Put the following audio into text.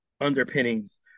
underpinnings